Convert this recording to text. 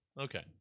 okay